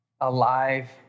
alive